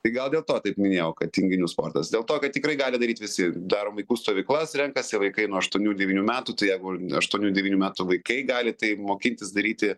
tai gal dėl to taip minėjau kad tinginių sportas dėl to kad tikrai gali daryt visi darom vaikų stovyklas renkasi vaikai nuo aštuonių devynių metų tai jeigu aštuonių devynių metų vaikai gali tai mokintis daryti